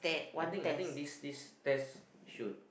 I think I think this this test should